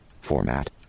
format